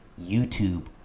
YouTube